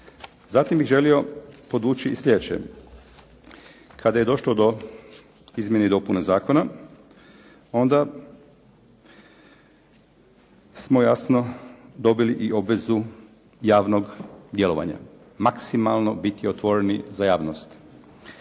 Zatim bih želio podvući i slijedeće. Kada je došlo do izmjene i dopuna zakona, onda smo jasno dobili i obvezu javnog djelovanja, maksimalno biti otvoreni za javnost.